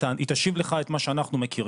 היא תשיב לך את מה שאנחנו מכירים,